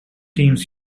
teams